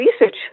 research